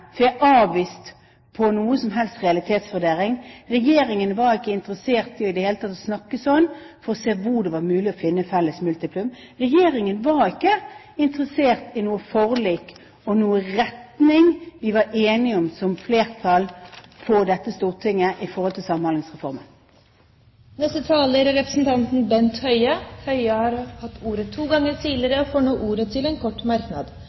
avvist på noen som helst realitetsvurdering. Regjeringen var ikke interessert i det hele tatt å snakke for å se hvor det var mulig å finne minste felles multiplum. Regjeringen var ikke interessert i noe forlik og noen retning vi var enige om som flertall på Stortinget når det gjaldt Samhandlingsreformen. Representanten Bent Høie har hatt ordet to ganger tidligere og får ordet til en kort merknad.